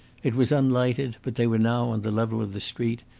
it was unlighted, but they were now on the level of the street,